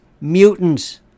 mutants